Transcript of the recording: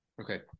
Okay